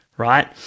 right